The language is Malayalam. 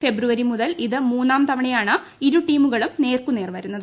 ഫെബ്രുവരി മുതൽ ഇത് മൂന്നാം തവണയാണ് ഇരുടീമുകളും നേർക്കുനേർ വരുന്നത്